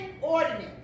ordinance